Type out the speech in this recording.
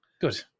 Good